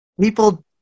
people